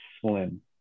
slim